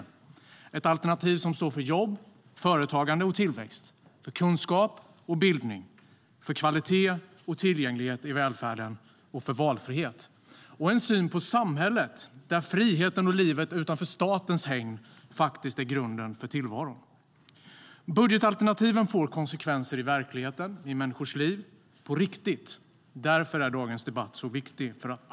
Det är ett alternativ som står för jobb, företagande och tillväxt, för kunskap och bildning, för kvalitet och tillgänglighet i välfärden, för valfrihet och en syn på samhället där friheten och livet utanför statens hägn är grunden för tillvaron. Budgetalternativen får konsekvenser i verkligheten, i människors liv, på riktigt. Därför är dagens debatt så viktig.